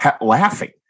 laughing